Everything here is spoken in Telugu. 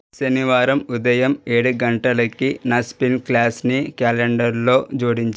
శనివారం ఉదయం ఏడు గంటలకి నా స్పిన్ ప్లాస్ని క్యాలెండర్లో జోడించు